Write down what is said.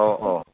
ꯑꯣ ꯑꯣ